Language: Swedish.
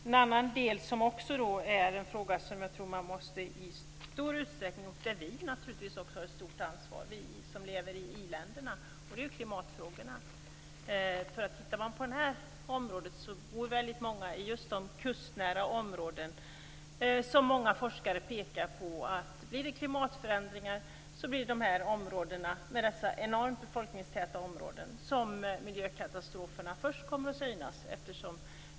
En annan fråga där vi som lever i i-länderna naturligtvis har ett stort ansvar är klimatfrågorna. Väldigt många människor bor i just de kustnära områden som forskare ofta pekar på. Blir det klimatförändringar så blir det i de här områdena, dessa enormt befolkningstäta områden, som miljökatastroferna först kommer att synas.